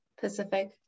Pacific